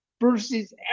versus